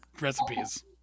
recipes